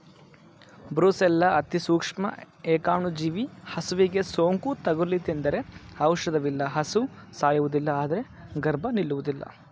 brucella ಅತಿಸೂಕ್ಷ್ಮ ಏಕಾಣುಜೀವಿ ಹಸುವಿಗೆ ಸೋಂಕು ತಗುಲಿತೆಂದರೆ ಔಷಧವಿಲ್ಲ ಹಸು ಸಾಯುವುದಿಲ್ಲ ಆದ್ರೆ ಗರ್ಭ ನಿಲ್ಲುವುದಿಲ್ಲ